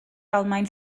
almaen